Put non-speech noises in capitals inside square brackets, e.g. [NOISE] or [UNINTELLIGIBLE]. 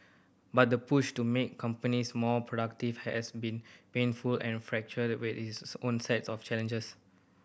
but the push to make companies more productive has been painful and [UNINTELLIGIBLE] with its own set of challenges